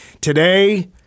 today